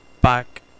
back